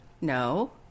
no